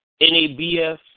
NABF